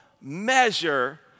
measure